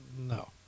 No